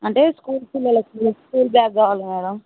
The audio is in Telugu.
అంటే స్కూల్ పిల్లలకు స్కూల్ బ్యాగ్ కావాలి మ్యాడమ్